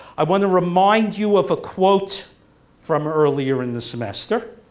i want to remind you of a quote from earlier in the semester